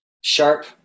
sharp